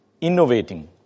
innovating